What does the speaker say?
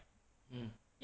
um